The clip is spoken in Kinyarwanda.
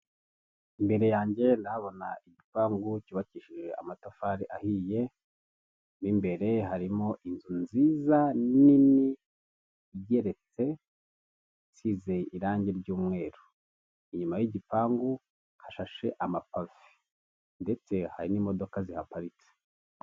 Imbere yanjye ndahabona igipangu cyubakishije amatafari ahiye, mo imbere harimo inzu nziza nini igeretse, isize irangi ry'umweru inyuma y'igipangu hashashe amapave ndetse hari n'imodoka zihaparitse.